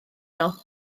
nhw